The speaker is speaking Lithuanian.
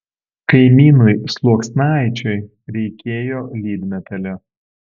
kaimynui sluoksnaičiui reikėjo lydmetalio